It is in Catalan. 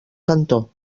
cantó